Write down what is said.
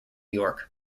york